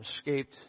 escaped